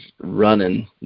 running